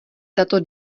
tato